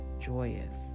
joyous